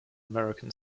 american